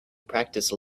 practice